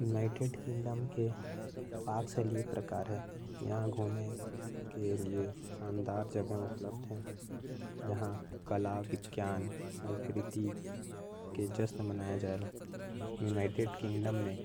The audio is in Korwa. United Kingdom के पाक शैली कुछ ये प्रकार है। यहां घूमे के बहुत शानदार जगह है। यह कला के बहुत सराहना कर थे। यहां शिक्षा और इलाज मुफ्त है यहां के लोग बहुत शिष्टाचार है।